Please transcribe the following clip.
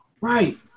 Right